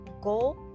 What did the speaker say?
goal